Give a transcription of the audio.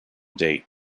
date